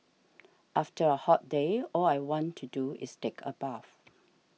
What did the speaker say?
after a hot day all I want to do is take a bath